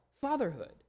fatherhood